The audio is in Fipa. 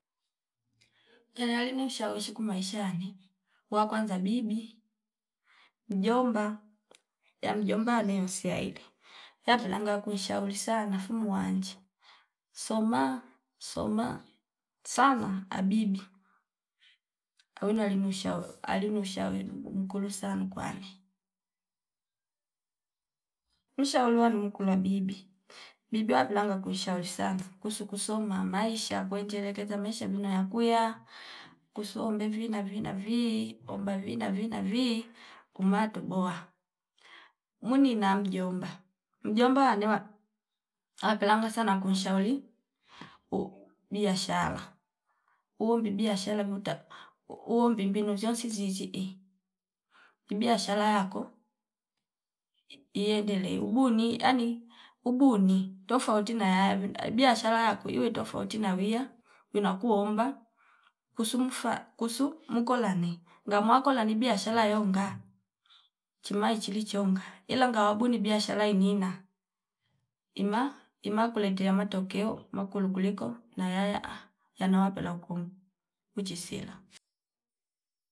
Alali ne ushawishi ku maisha yane wakwanza bibi, mjomba ya mjomba nensia ili ya pelanga kuu nshauri sana afu muwanji soma soma sana abibi awino ali nushauri ali ni shauli um- umkulosa nkwane. Ushauri wani kulwa bibi bibi wavilanga kunshauri sana kuhusu kusoma maisha kwenje lete tete maisha vino yakua kusumbe vina- vina- vinavi omba vina- vina- vinavi umaa toboa muni na mjomba. Mjomba wanewa apelanga sana kunshauri uu biashara uundi biashara vuta uwombi mbinu ziyonsi zizi iih ibiashara yako iyendele ubuni ani ubuni tafouti nayave biyashara yakwe iwe tafouti nawia wina kuomba kusumfa kusu muko lane ngamwa kola ni biashara yonga chima ichivi vhionga ila ngawa buni biashara inina ima- imakuleta matokeo makulu kuliko nayaye ahh yanawa pela kuum wichi sila